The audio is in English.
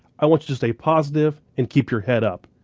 i want you to stay positive and keep your head up.